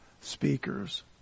speakers